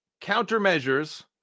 countermeasures